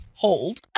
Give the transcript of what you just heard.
hold